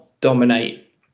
dominate